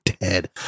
dead